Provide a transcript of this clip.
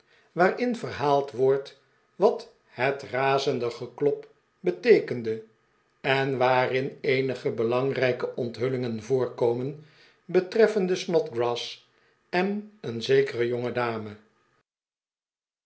waarin verhaald wordt wat het razende geklop beteekende en waarin eenige belangrijke onthullingen voorkomen betreffende snodgrass en een zekere